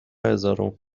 هزارم